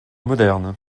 moderne